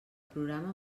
programa